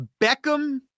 Beckham